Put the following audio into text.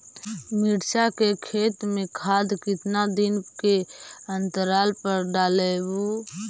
मिरचा के खेत मे खाद कितना दीन के अनतराल पर डालेबु?